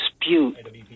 dispute